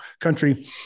country